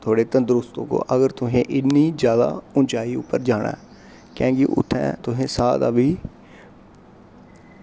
थोह्ड़े तंदरुस्त होवो अगर तुसें इन्नी जादा उंचाई उप्पर जाना ऐ क्योंकि उत्थें तुसेंगी साह् दा बी